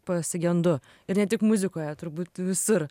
pasigendu ir ne tik muzikoje turbūt visur